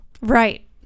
Right